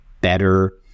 better